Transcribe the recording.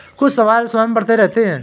कुछ शैवाल स्वयं बढ़ते रहते हैं